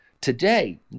Today